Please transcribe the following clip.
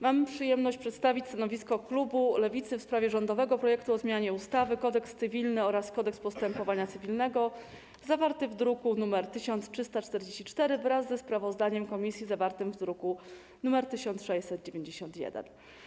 Mam przyjemność przedstawić stanowisko klubu Lewicy w sprawie rządowego projektu ustawy o zmianie ustawy - Kodeks cywilny oraz ustawy - Kodeks postępowania cywilnego, zawartego w druku nr 1344, wraz ze sprawozdaniem komisji, zawartym w druku nr 1691.